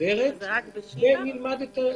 ומסודרת ונלמד את הלקחים.